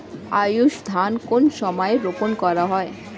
আউশ ধান কোন সময়ে রোপন করা হয়?